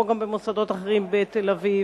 כמו גם במוסדות אחרים בתל-אביב,